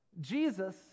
Jesus